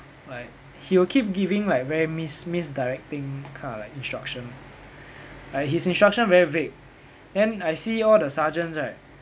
like he will keep giving like very mis~ misdirecting kind of like instruction like his instruction very vague then I see all the sergeants right